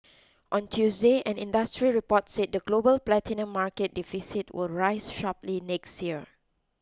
on Tuesday an industry report said the global platinum market deficit will rise sharply next year